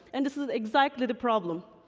and this is exactly the problem.